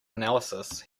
analysis